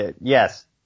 Yes